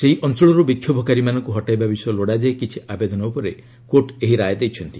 ସେହି ଅଞ୍ଚଳରୁ ବିକ୍ଷୋଭକାରୀମାନଙ୍କୁ ହଟାଇବା ବିଷୟ ଲୋଡ଼ାଯାଇ କିଛି ଆବେଦନ ଉପରେ କୋର୍ଟ ଏହି ରାୟ ଦେଇଛନ୍ତି